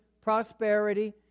prosperity